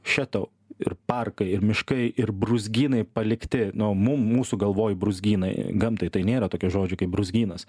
še tau ir parkai ir miškai ir brūzgynai palikti nu mum mūsų galvoj brūzgynai gamtai tai nėra tokio žodžio kaip brūzgynas